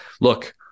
look